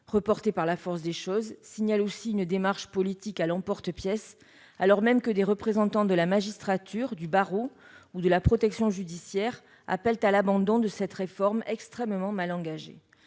reportée par la force des choses, signale aussi une démarche politique à l'emporte-pièce, alors même que des représentants de la magistrature, du barreau ou de la protection judiciaire de la jeunesse appellent à l'abandon de cette réforme extrêmement mal engagée.